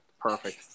Perfect